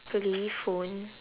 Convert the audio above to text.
probably phone